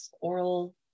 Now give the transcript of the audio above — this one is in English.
oral